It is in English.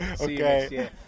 Okay